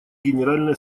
генеральной